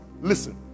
listen